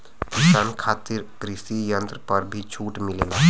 किसान खातिर कृषि यंत्र पर भी छूट मिलेला?